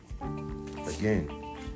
again